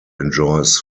enjoys